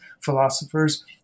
philosophers